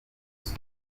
nzu